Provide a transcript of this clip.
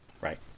Right